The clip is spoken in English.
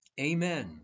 Amen